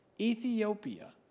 Ethiopia